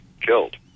killed